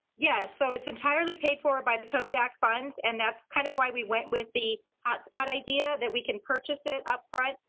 yes, so it's entirely paid for by the covid act funds, and that's kind of why we went with the hotspot idea, that we can purchase it upfront,